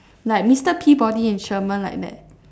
like mister peabody and sherman like that